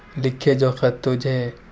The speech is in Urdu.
لکھے جو خط تجھے